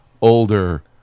older